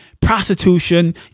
prostitution